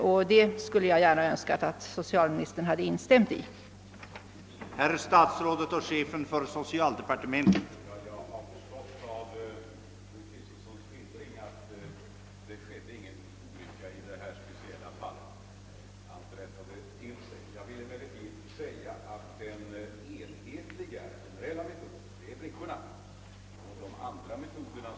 Jag skulle gärna ha önskat att socialministern hade instämt i detta.